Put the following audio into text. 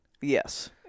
Yes